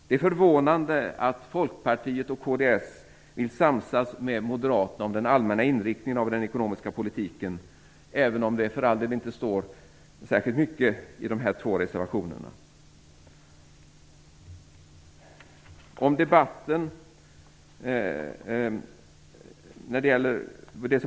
Det är förvånande att Folkpartiet och kds vill samsas med Moderaterna om den allmänna inriktningen av den ekonomiska politiken, även om det för all del inte står särskilt mycket i de två reservationerna.